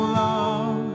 love